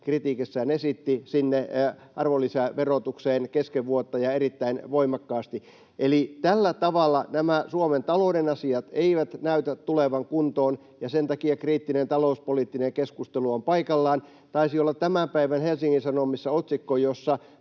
kritiikissään esitti, sinne arvonlisäverotukseen kesken vuotta ja erittäin voimakkaasti. Tällä tavalla Suomen talouden asiat eivät näytä tulevan kuntoon, ja sen takia kriittinen talouspoliittinen keskustelu on paikallaan. Taisi olla tämän päivän Helsingin Sanomissa otsikko, jossa